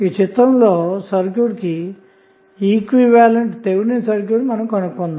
చిత్రంలోని సర్క్యూట్ కి equivalent Thevenin circuit ని కనుగొందాము